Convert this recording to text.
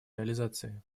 реализации